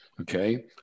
Okay